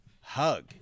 hug